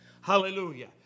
Hallelujah